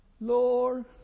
Lord